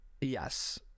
Yes